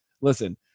listen